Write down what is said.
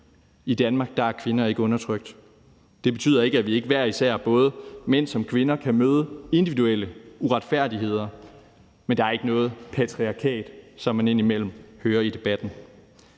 I Danmark er kvinder ikke undertrykt. Det betyder ikke, at vi ikke hver især, såvel mænd som kvinder, kan møde individuelle uretfærdigheder, men der er ikke noget patriarkat, som man indimellem hører i debatten